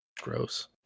gross